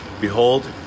Behold